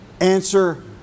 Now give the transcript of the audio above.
answer